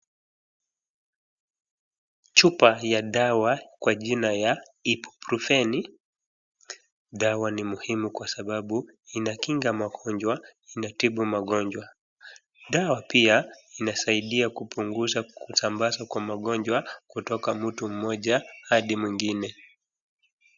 Chupa ya dawa kwa jina ya IBUPROFEN, dawa ni muhimu kwa sababu inakinga magonjwa, inatibu magonjwa. Dawa pia inasaidia kupunguza kusambaza kwa magonjwa kutoka mtu mmoja hadi mwingine.